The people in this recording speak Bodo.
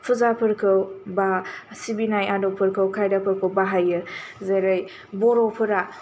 फुजाफोरखौ बा सिबिनाय आदबफोरखौ खायदाफोरखौ बाहायो जेरै बर'फोरा